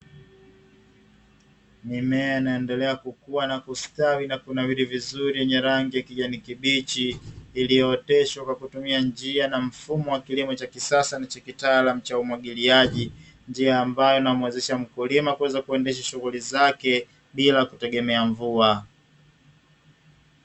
Mimea inaendelea kukua na kustawi na kunawiri vizuri yenye rangi ya kijani kibichi iliyooteshwa kwa kutumia njia na mfumo wa kilimo cha kisasa na cha kitaalamu cha umwagiliaji, njia ambayo inamwezesha mkulima kuweza kuendesha shughuli zake bila kutegemea mvua.